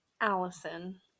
Allison